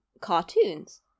cartoons